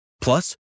Plus